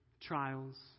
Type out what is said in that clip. trials